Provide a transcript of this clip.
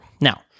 Now